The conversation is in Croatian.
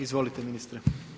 Izvolite ministre.